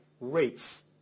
rapes